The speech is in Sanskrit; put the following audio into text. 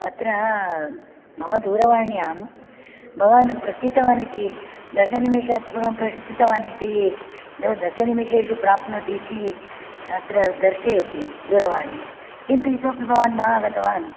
अत्र मम दूरवाण्यां भवान् प्रस्थितवान् इति दशनिमेशात् पूर्वं प्रस्थितवानिति दश निमेशेषु प्राप्नोति इति अत्र दर्शयति दूरवाणी किन्तु इतोऽपि भवान् न आगतवान्